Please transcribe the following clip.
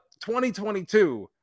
2022